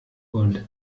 und